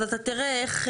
אז אתה תראה איך,